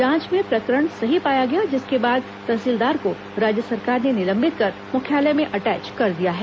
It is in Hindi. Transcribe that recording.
जांच में प्रकरण सही पाया गया जिसके बाद तहसीलदार को राज्य सरकार ने निलंबित कर मुख्यालय में अटैच कर दिया है